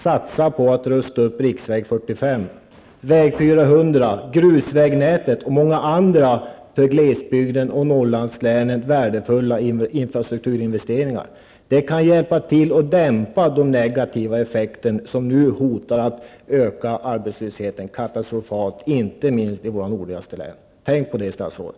Satsa på att rusta upp riksväg 45, väg 400, grusvägnätet och genomför många andra för glesbygden och Norrlandslänet värdefulla infrastrukturinvesteringar. Det kan hjälpa till att dämpa den negativa effekt som nu hotar att öka arbetslösheten katastrofalt, inte minst i våra nordligaste län. Tänk på det, statsrådet!